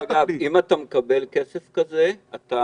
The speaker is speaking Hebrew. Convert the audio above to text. אם אתה מקבל כסף כזה אתה